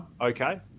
Okay